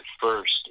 first